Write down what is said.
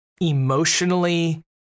emotionally